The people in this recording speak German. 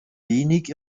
wenig